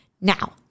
Now